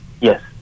Yes